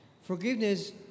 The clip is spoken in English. Forgiveness